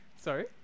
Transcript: Sorry